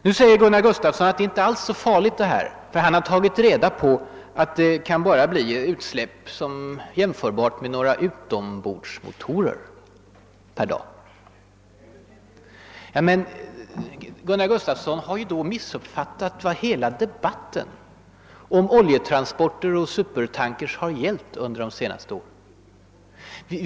Hr Gustafsson säger att det inte alls är så farligt; han har tagit reda på att utsläppen per dag inte blir större än från några utombordsmotorer. Gunnar Gustafsson har då missuppfattat vad hela debatten om oljetransporter och supertankers har gällt under de senaste åren.